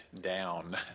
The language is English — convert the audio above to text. down